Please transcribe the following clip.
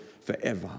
forever